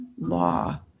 law